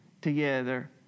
together